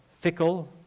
fickle